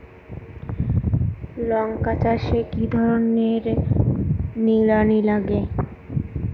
লঙ্কা চাষে কি ধরনের নিড়ানি লাগে?